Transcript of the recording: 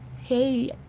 hey